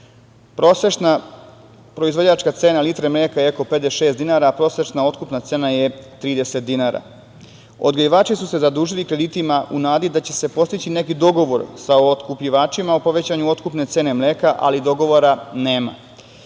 Prosečna proizvođačka cena litre mleka je 56 dinara, a prosečna otkupna cena je 30 dinara. Odgajivači su se zadužili kreditima u nadi da će se postići neki dogovor sa otkupljivačima o povećanju otkupne cene mleka, ali dogovora